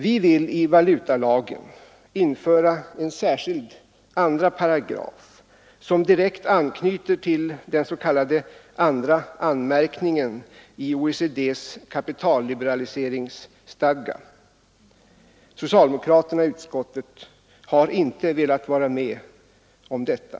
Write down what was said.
Vi vill i valutalagen införa en särskild 2 a § som direkt anknyter till den s.k. andra anmärkningen i OECD:s kapitalliberaliseringsstadga. Socialdemokraterna i utskottet har inte velat vara med om detta.